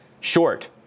short